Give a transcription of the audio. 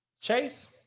chase